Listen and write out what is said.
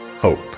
Hope